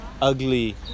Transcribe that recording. ugly